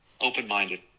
Open-minded